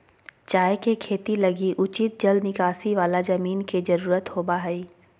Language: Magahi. चाय के खेती लगी उचित जल निकासी वाला जमीन के जरूरत होबा हइ